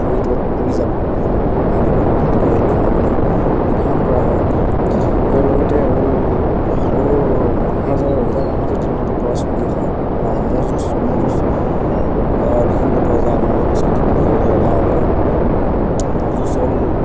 ভৰিৰ তলত পৰি যাব তেওঁ হাৰিব তেনেকৈ নিয়মাৱলী নিৰ্ধাৰণ কৰা হয় ইয়াৰ লগতে আৰু আগৰ মহাৰজা ৰজা মহাৰজা দিনৰে পৰা চলি অহা ম'হ যুঁজ ম'হ যুঁজ দেখিবলৈ পোৱা যায় আমাৰ সংস্কৃতিত ইয়াৰে এটা অংগ ম'হ যুঁজ হ'ল